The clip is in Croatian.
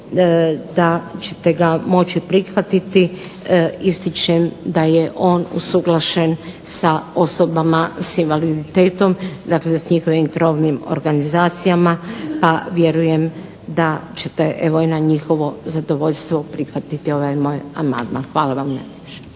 da ćete ga moći prihvatiti. Ističem da je on usuglašen sa osobama s invaliditetima, dakle da s njihovim krovnim organizacijama pa vjerujem da ćete evo i na njihovo zadovoljstvo prihvatiti ovaj moj amandman. Hvala vam najljepša.